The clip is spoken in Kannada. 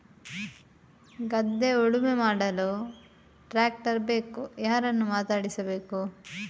ಗದ್ಧೆ ಉಳುಮೆ ಮಾಡಲು ಟ್ರ್ಯಾಕ್ಟರ್ ಬೇಕು ಯಾರನ್ನು ಮಾತಾಡಿಸಬೇಕು?